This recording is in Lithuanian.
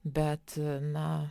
bet na